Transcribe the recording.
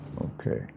okay